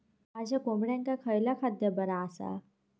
माझ्या कोंबड्यांका खयला खाद्य बरा आसा?